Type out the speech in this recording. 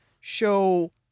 show